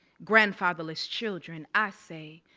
grandfatherless children i say,